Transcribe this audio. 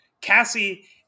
cassie